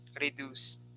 reduce